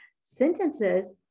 Sentences